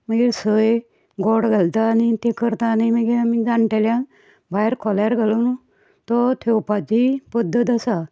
आनी मागीर सय गोड घालता आनी तें करता आनी मागीर आमी जाणटेल्यांक भायर खोल्यार घालून तो थेवपाची पद्धत आसा